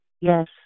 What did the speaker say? Yes